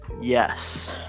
Yes